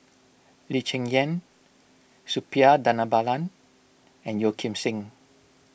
Lee Cheng Yan Suppiah Dhanabalan and Yeo Kim Seng